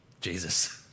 Jesus